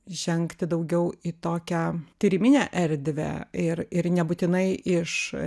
žengti daugiau į tokią tyriminę erdvę ir ir nebūtinai iš